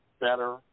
better